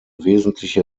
wesentliche